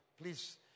please